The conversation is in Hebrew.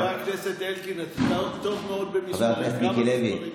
חבר הכנסת מיקי לוי,